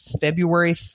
February